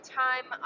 time